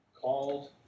called